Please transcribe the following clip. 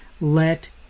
Let